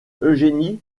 eugénie